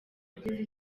ageza